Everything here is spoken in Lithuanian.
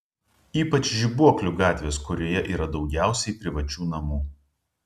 ypač žibuoklių gatvės kurioje yra daugiausiai privačių namų